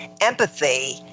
empathy